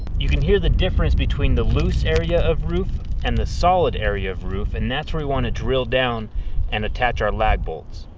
you can hear the difference between the loose area of roof and the solid area of roof and that's where we want to drill down and attach our lag bolts.